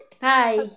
hi